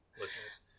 listeners